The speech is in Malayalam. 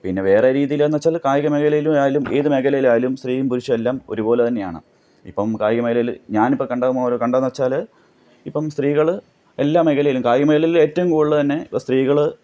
പിന്നെ വേറെ രീതിലെന്നുവെച്ചാൽ കായികമേഖലയിൽ ആയാലും ഏതു മേഖലയിലായാലും സ്ത്രീയും പുരുഷനും എല്ലാം ഒരുപോലെതന്നെയാണ് ഇപ്പം കായികമേഖലയില് ഞാനിപ്പം കണ്ടതു മുതൽ കണ്ടതെന്നുവെച്ചാൽ ഇപ്പം സ്ത്രീകൾ എല്ലാ മേഖലയിലും കായിക മേഖലയിൽ ഏറ്റവും കൂടുതൽ തന്നെ ഇപ്പോൾ സ്ത്രീകൾ